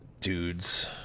Dudes